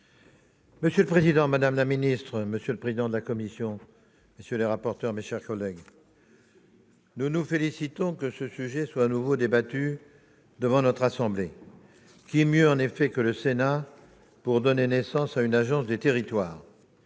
Monsieur le président, monsieur le ministre, monsieur le président de la commission, monsieur le rapporteur, mes chers collègues, nous nous félicitons que ce sujet soit de nouveau débattu devant notre assemblée. Qui mieux, en effet, que le Sénat pour donner naissance à une agence des territoires